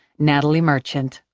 natalie merchant,